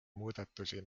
muudatusi